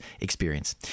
experience